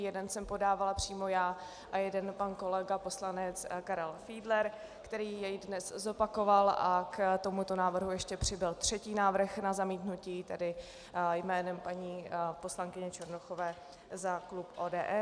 Jeden jsem podávala přímo já a jeden pan kolega poslanec Karel Fiedler, který jej dnes zopakoval, a k tomuto návrhu ještě přibyl třetí návrh na zamítnutí, tedy jménem paní poslankyně Černochové za klub ODS.